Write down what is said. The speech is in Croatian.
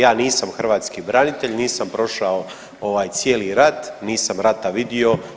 Ja nisam hrvatski branitelj, nisam prošao ovaj cijeli rat, nisam rata vidio.